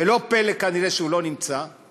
ולא פלא, כנראה, שהוא לא נמצא,-